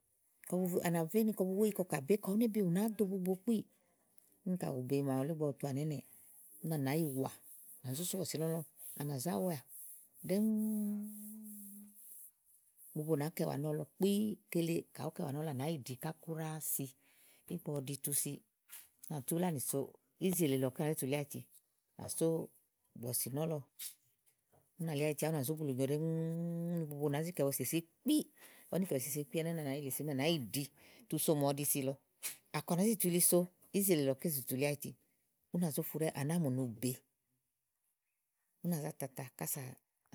À nà ve ni kɔ bu wúéyi kà bé, kàyi uné be ùe ù ná ɖo bubo kpíì, úni kàyi ù be màawu wule úni à nà túà wa nìà ínɛ̀, úni à nàá yi wà à nà lò so bɔ̀sì nɔ́lɔ à nà zá wà ɖɛ́ɛ́ŋ, bubo nàá kɛ̀ wa nɔ́lɔ kpìí, kele kàyi ùú kɛ̀ wa nɔ́lɔ à náyì ɖi ká kúɖáá si, tè ígbɔ ɔɖi tu si, à nà tú uláàniká so ízi èle, úni à nà só bɔ̀sì nɔ́lɔ ù nà lí àyi à nà zó bulùnyo ɖɛ́ɛ́ŋ úni bubo nàá zì kɛ̀ wa èsèse kpíí, úni kɛ̀ wa èsèse kpíi, ɛnɛ́ úni à ná yi li si ún à ná yi ɖi tu so màa ɔɖi si lɔ àkɔ à ná zi tu yili so ízi èle lɔ ké zì tu li áyiti únà zó fu ɖɛ́ɛ́ à ná mù ni ù be, ú nà zátata kása.